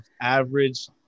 Average